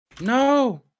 No